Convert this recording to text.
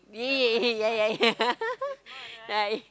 yeah yeah yeah yeah right